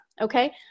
Okay